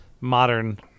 modern